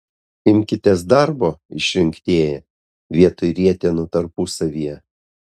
imkitės darbo išrinktieji vietoj rietenų tarpusavyje